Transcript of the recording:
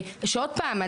עוד פעם,